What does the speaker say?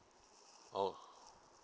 oh